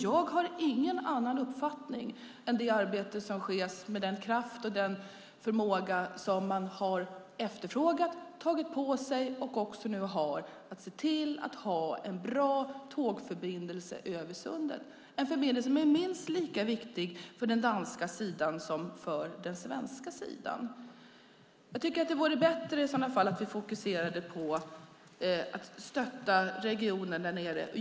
Jag har ingen annan uppfattning än att det nu sker ett arbete, med den kraft och den förmåga som man har efterfrågat, tagit på sig och också nu har, med att se till att ha en bra tågförbindelse över sundet - en förbindelse som är minst lika viktig för den danska sidan som för den svenska. Jag tycker att det vore bättre om vi fokuserade på att stötta regionen där nere.